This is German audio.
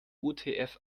utf